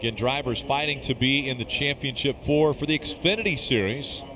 drivers fighting to be in the championship four for the xfinity series.